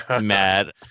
mad